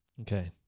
okay